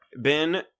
Ben